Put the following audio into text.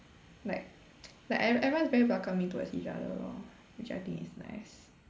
like like every~ everyone's very welcoming towards each other lor which I think is nice